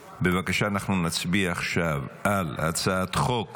בבקשה, אנחנו נצביע עכשיו על הצעת חוק